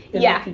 yeah.